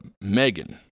Megan